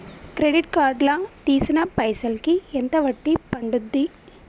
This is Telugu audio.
క్రెడిట్ కార్డ్ లా తీసిన పైసల్ కి ఎంత వడ్డీ పండుద్ధి?